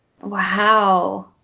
Wow